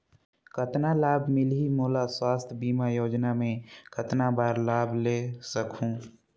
कतना लाभ मिलही मोला? स्वास्थ बीमा योजना मे कतना बार लाभ ले सकहूँ?